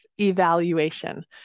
evaluation